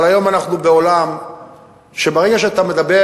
אבל היום אנחנו בעולם שברגע שאתה מדבר